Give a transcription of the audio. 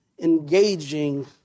engaging